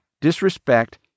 disrespect